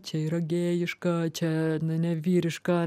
čia yra gėjiška čia ne vyriška